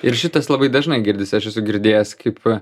ir šitas labai dažnai girdisi aš esu girdėjęs kaip